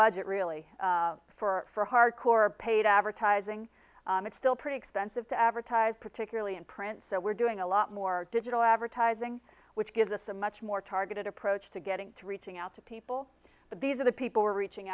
budget really for hardcore paid advertising it's still pretty expensive to advertise particularly in print so we're doing a lot more digital advertising which gives us a much more targeted approach to getting to reaching out to people but these are the people we're reaching